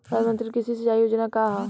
प्रधानमंत्री कृषि सिंचाई योजना का ह?